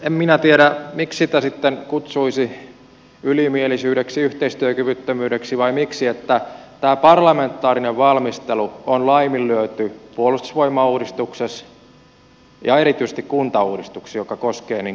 en minä tiedä miksi sitä sitten kutsuisi ylimielisyydeksi yhteistyökyvyttömyydeksi vai miksi että parlamentaarinen valmistelu on laiminlyöty puolustusvoimauudistuksessa ja erityisesti kuntauudistuksessa joka koskee koko maata